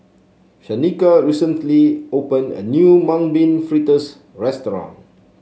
Shanika recently opened a new Mung Bean Fritters restaurant